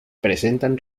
presentan